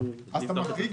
מה קורה,